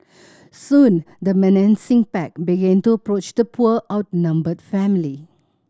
soon the menacing pack began to approach the poor outnumbered family